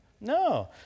No